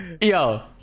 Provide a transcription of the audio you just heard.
yo